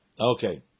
Okay